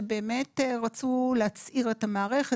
שרצו להצעיר את המערכת,